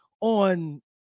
on –